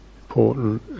important